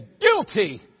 guilty